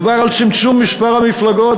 דובר על צמצום מספר המפלגות,